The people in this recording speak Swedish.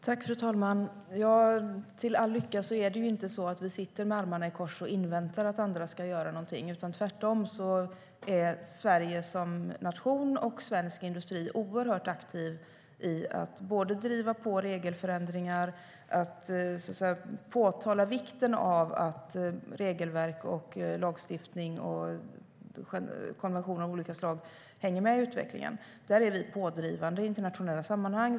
Fru talman! Till all lycka är det ju inte så att vi sitter med armarna i kors och inväntar att andra ska göra någonting. Tvärtom är Sverige och svensk industri oerhört aktiva i att driva på regelförändringar och att framhålla vikten av att regelverk, lagstiftning och konventioner av olika slag hänger med i utvecklingen. Där är vi pådrivande i internationella sammanhang.